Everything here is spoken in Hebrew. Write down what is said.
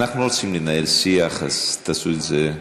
אנחנו לא רוצים לנהל שיח, אז תעשו את זה,